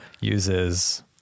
uses